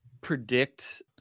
predict